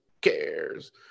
cares